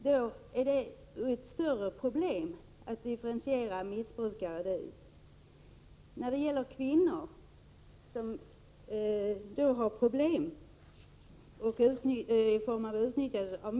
Det är då ett större problem att där åstadkomma en differentiering mellan missbrukare och icke missbrukare.